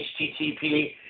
HTTP